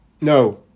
No